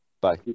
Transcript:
Bye